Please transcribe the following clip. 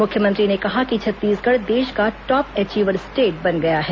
मुख्यमंत्री ने कहा कि छत्तीसगढ देश का टॉप एचीवर स्टेट बन गया है